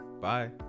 Bye